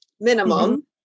minimum